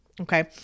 Okay